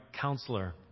counselor